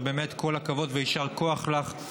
ובאמת כל הכבוד ויישר כוח לך,